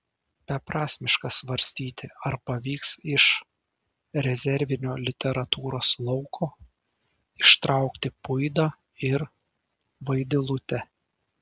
beprasmiška svarstyti ar pavyks iš rezervinio literatūros lauko ištraukti puidą ir vaidilutę